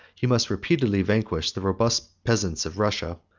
he must repeatedly vanquish the robust peasants of russia,